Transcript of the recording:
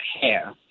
hair